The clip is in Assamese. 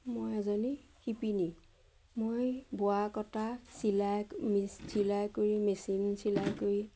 মই এজনী শিপিনী মই বোৱা কটা চিলাই চিলাই কৰি মেচিন চিলাই কৰি